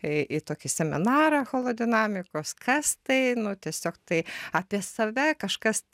į į tokį seminarą holodinamikos kas tai nu tiesiog tai apie save kažkas